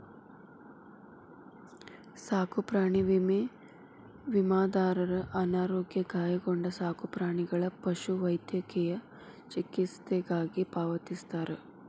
ಸಾಕುಪ್ರಾಣಿ ವಿಮೆ ವಿಮಾದಾರರ ಅನಾರೋಗ್ಯ ಗಾಯಗೊಂಡ ಸಾಕುಪ್ರಾಣಿಗಳ ಪಶುವೈದ್ಯಕೇಯ ಚಿಕಿತ್ಸೆಗಾಗಿ ಪಾವತಿಸ್ತಾರ